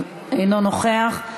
אינו נוכח,